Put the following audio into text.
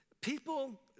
People